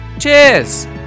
cheers